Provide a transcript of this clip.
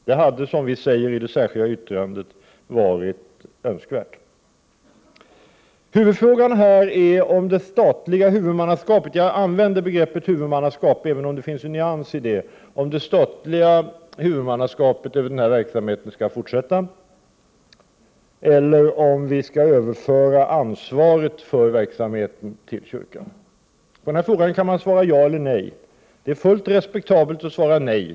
Det hade, som vi säger i detta särskilda yttrande, varit önskvärt. Huvudfrågan är om det statliga huvudmannaskapet för den kyrkomusikaliska verksamheten skall överföras på kyrkan. Jag använder begreppet huvudmannaskap, även om det finns en nyans i det. Man kan svara ja eller nej på frågan. Det är fullt respektabelt att svara nej.